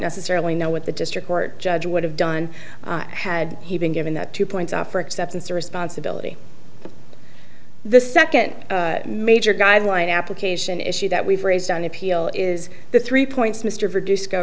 necessarily know what the district court judge would have done had he been given that two points off for acceptance or responsibility the second major guideline application issue that we've raised on appeal is the three points mr produced go